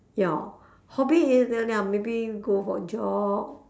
ya hobby is like maybe I go for a jog